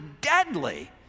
deadly